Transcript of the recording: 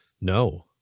no